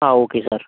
ആ okay sir